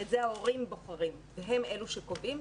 את זה ההורים בוחרים והם אלה שקובעים,